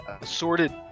sorted